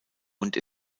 und